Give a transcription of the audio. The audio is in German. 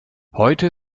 heute